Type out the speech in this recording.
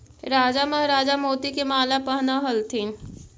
राजा महाराजा मोती के माला पहनऽ ह्ल्थिन